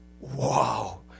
wow